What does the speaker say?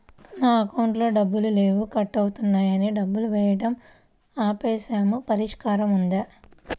నా అకౌంట్లో డబ్బులు లేవు కట్ అవుతున్నాయని డబ్బులు వేయటం ఆపేసాము పరిష్కారం ఉందా?